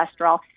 cholesterol